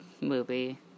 movie